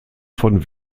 von